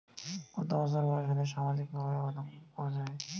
কত বছর বয়স হলে সামাজিক প্রকল্পর আবেদন করযাবে?